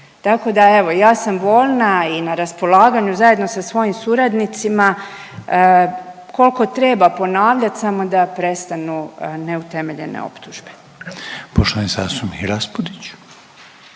Tako da evo ja sam voljna i na raspolaganju zajedno sa svojim suradnicima koliko treba ponavljati samo da prestanu neutemeljene optužbe. **Reiner,